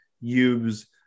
use